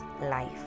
life